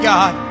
God